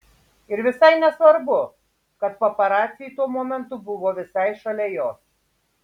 ir visai nesvarbu kad paparaciai tuo momentu buvo visai šalia jos